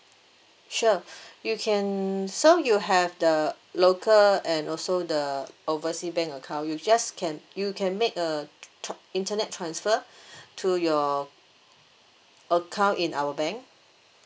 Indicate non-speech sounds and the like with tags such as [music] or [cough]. sure you can so you have the local and also the oversea bank account you just can you can make a tr~ internet transfer [breath] to your account in our bank